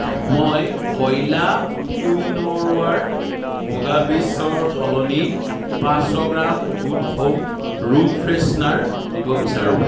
মই ভইলা কুইনোৰোৱাৰ বগা বীচৰ সলনি পাঁচশ gram good home room freshener দিব বিচাৰোঁ